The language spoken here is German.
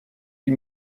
die